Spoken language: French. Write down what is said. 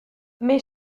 mais